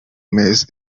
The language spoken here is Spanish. mes